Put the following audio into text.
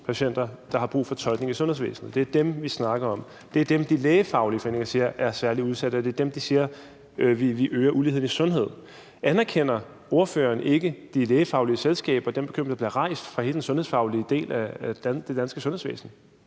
patienter, der har brug for tolkning i sundhedsvæsenet. Det er dem, vi snakker om. Det er dem, de lægefaglige foreninger siger er særligt udsatte, og det er i forhold til dem, de siger, at vi øger uligheden i sundheden. Anerkender ordføreren ikke de lægefaglige selskaber og den bekymring, der bliver rejst fra hele den sundhedsfaglige del af det danske sundhedsvæsen?